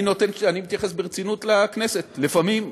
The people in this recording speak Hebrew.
אני מתייחס ברצינות לכנסת לפעמים,